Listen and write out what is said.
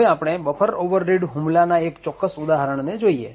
હવે આપણે buffer overread હુમલાના એક ચોક્કસ ઉદાહરણને જોઈએ